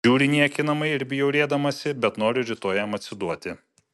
žiūri niekinamai ir bjaurėdamasi bet nori rytoj jam atsiduoti